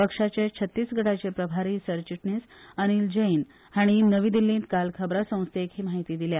पक्षाचे छत्तीसगढाचे प्रभारी सरचिटणीस अनिल जैन हाणी नवी दिल्लीत काल खबरासंस्थेक ही म्हायती दिल्या